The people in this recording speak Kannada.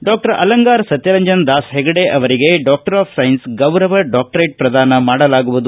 ಡಾಕ್ಷರ್ ಅಲಂಗಾರ್ ಸತ್ತರಂಜನ್ ದಾಸ್ ಹೆಗಡೆ ಅವರಿಗೆ ಡಾಕ್ಷರ್ ಆಫ್ ಸೈನ್ಸ್ ಗೌರವ ಡಾಕ್ಷರೇಟ್ ಪ್ರದಾನ ಮಾಡಲಾಗುವುದು